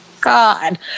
God